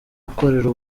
ukorera